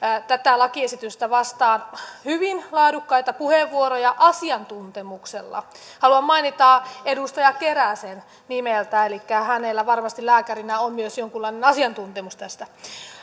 tätä lakiesitystä vastaan hyvin laadukkaita puheenvuoroja asiantuntemuksella haluan mainita edustaja keräsen nimeltä elikkä hänellä varmasti lääkärinä on myös jonkunlainen asiantuntemus tästä